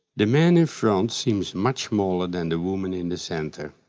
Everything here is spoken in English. the man in front seems much smaller than the woman in the center.